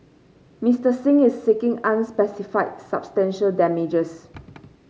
Mister Singh is seeking unspecified substantial damages